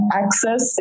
access